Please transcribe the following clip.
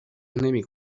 نمی